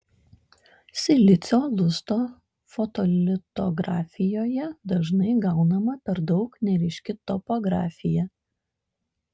silicio lusto fotolitografijoje dažnai gaunama per daug neryški topografija